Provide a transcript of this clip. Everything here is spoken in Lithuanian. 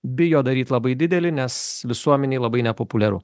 bijo daryt labai didelį nes visuomenėj labai nepopuliaru